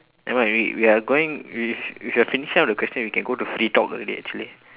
nevermind we we are going we we if we are finishing up the question we can go to free talk already actually